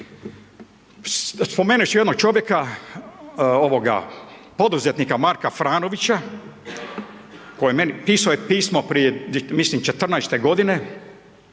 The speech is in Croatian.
Spomenut ću jednog čovjeka, poduzetnika Marka Franovića, koji je meni pisao pismo prije 14. godine